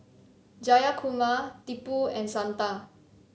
Jayakumar Tipu and Santha